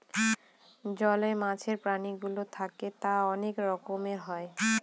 জলে মাছের প্রাণীগুলো থাকে তা অনেক রকমের হয়